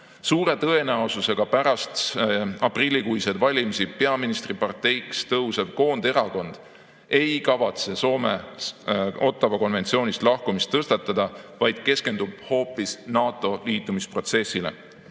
Suure tõenäosusega pärast aprillikuiseid valimisi peaministriparteiks tõusev koonderakond ei kavatse Soome Ottawa konventsioonist lahkumise küsimust tõstatada, vaid keskendub hoopis NATO‑ga liitumise protsessile.